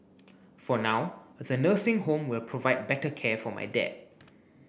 for now the nursing home will provide better care for my dad